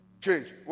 change